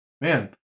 Man